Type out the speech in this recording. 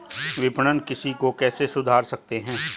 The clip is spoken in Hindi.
विपणन कृषि को कैसे सुधार सकते हैं?